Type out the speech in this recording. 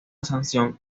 sanción